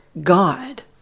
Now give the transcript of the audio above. God